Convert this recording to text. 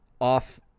off